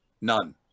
None